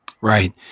Right